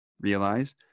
Realize